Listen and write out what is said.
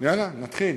יאללה, נתחיל.